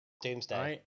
Doomsday